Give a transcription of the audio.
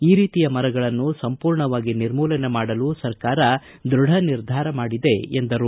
ಈ ರೀತಿಯ ಮರಗಳನ್ನು ಸಂಪೂರ್ಣವಾಗಿ ನಿರ್ಮೂಲನೆ ಮಾಡಲು ಸರ್ಕಾರ ದೃಢ ನಿರ್ಧಾರ ಮಾಡಿದೆ ಎಂದರು